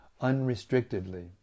unrestrictedly